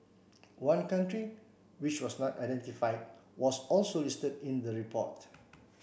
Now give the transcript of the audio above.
one country which was not identified was also listed in the report